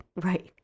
right